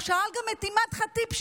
הוא שאל גם את אימאן ח'טיב,